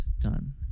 done